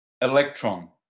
electron